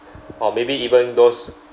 or maybe even those